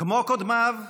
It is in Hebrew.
כמו קודמיו,